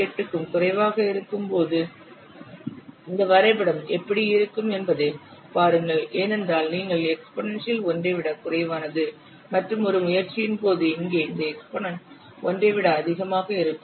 38 க்கும் குறைவாக இருக்கும்போது இந்த வரைபடம் எப்படி இருக்கும் என்பதைப் பாருங்கள் ஏனென்றால் நீங்கள் எக்ஸ்போனென்ஷியல் 1 ஐ விடக் குறைவானது மற்றும் ஒரு முயற்சியின் போது இங்கே இந்த எக்ஸ்போனென்ட் 1 ஐ விட அதிகமாக உள்ளது